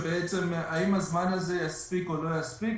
האם הזמן הזה יספיק או לא יספיק.